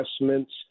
investments